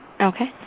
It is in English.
Okay